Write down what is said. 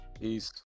Peace